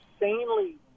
insanely